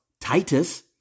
Titus